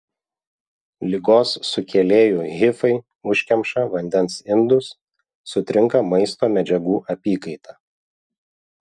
ligos sukėlėjų hifai užkemša vandens indus sutrinka maisto medžiagų apykaita